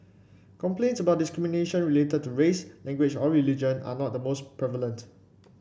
complaints about discrimination related to race language or religion are not the most prevalent